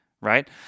Right